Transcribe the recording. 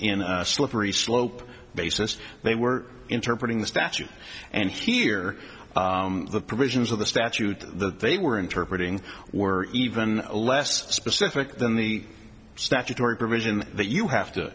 in a slippery slope basis they were interpreting the statute and here the provisions of the statute that they were interpret ing were even less specific than the statutory provision that you have to